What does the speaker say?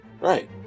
Right